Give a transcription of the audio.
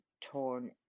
torn